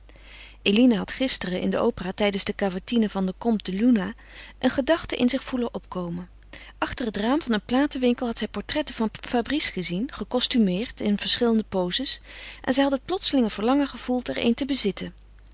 eline had gisteren in de opera tijdens de cavatine van den comte de luna een gedachte in zich voelen opkomen achter het raam van een platenwinkel had zij portretten van fabrice gezien gecostumeerd in verschillende pozes en zij had het plotselinge verlangen gevoeld er een te bezitten